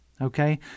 okay